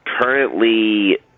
currently